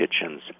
kitchens